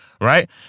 right